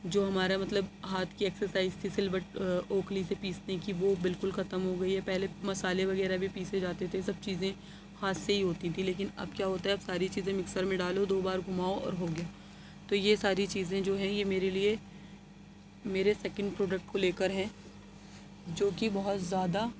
جو ہمارا مطلب ہاتھ کے ایکساسائز تھی سل بٹے اوکھلی سے پیسنے کی وہ بالکل ختم ہو گئی ہے پہلے مسالے وغیرہ بھی پیسے جاتے تھے سب چیزیں ہاتھ سے ہی ہوتی تھیں لیکن اب کیا ہوتا ہے اب ساری چیزیں مکسر میں ڈالو دو بار گھماؤ اور ہو گیا تو یہ ساری چیزیں جو ہے یہ میرے لیے میرے سکینڈ پروڈکٹ کو لے کر ہیں جو کہ بہت زیادہ